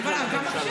אמרתי, וגם עכשיו.